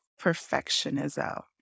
perfectionism